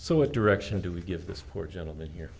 so what direction do we give this poor gentleman here